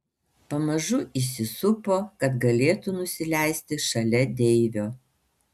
pamažu įsisupo kad galėtų nusileisti šalia deivio